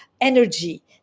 energy